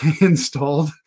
installed